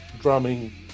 drumming